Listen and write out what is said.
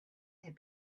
had